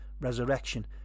resurrection